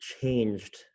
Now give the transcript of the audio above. changed